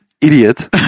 Idiot